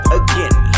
again